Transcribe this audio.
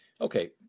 Okay